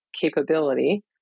capability –